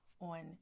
on